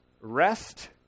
rest